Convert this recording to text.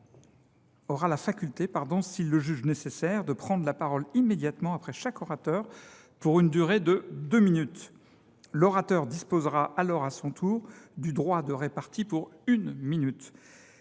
aura la faculté, s’il le juge nécessaire, de prendre la parole immédiatement après chaque orateur pour une durée de deux minutes ; l’orateur disposera alors à son tour du droit de répartie, pour une minute.